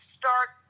start